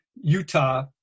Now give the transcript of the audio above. Utah